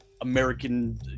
American